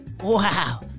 Wow